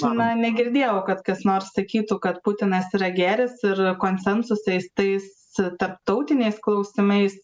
na negirdėjau kad kas nors sakytų kad putinas yra gėris ir konsensusais tais tarptautiniais klausimais